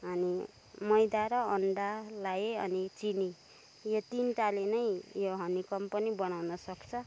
अनि मैदा र अन्डा लाएँ अनि चिनी यो तिनवटाले नै यो हनिकम्ब पनि बनाउन सक्छ